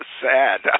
sad